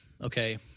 okay